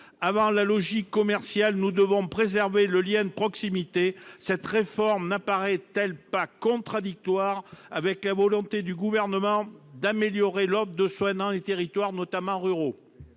Avant la logique commerciale, nous devons préserver le lien de proximité. Cette réforme n'apparaît-elle pas contradictoire avec la volonté du Gouvernement d'améliorer l'offre de soins dans les territoires, notamment ruraux ?